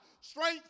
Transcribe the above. Strength